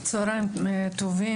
צוהריים טובים,